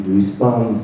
respond